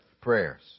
prayers